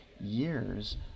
years